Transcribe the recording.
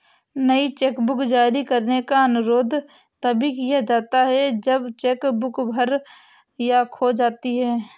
नई चेकबुक जारी करने का अनुरोध तभी किया जाता है जब चेक बुक भर या खो जाती है